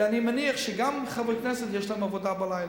אני מניח שגם לחברי כנסת יש עבודה בלילה.